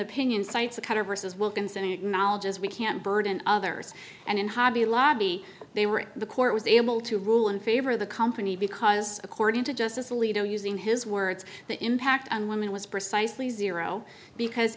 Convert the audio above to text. opinion cites a kind of versus wilkinson acknowledges we can't burden others and in hobby lobby they were the court was able to rule in favor of the company because according to justice alito using his words the impact on women was precisely zero because